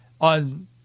on